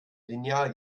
lineal